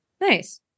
Nice